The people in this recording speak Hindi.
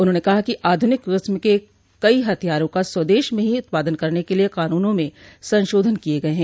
उन्होंने कहा कि आधुनिक किस्म के कई हथियारों का स्वदेश में ही उत्पादन करने के लिए कानूनों में संशोधन किए गए हैं